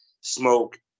Smoke